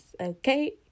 okay